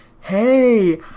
Hey